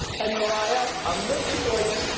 and mariah, i'm rooting for you.